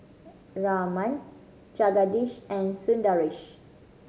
Raman Jagadish and Sundaresh